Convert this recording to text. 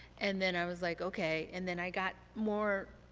and then i was like, okay, and then i got more